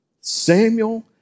Samuel